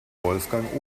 wolfgang